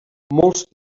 molts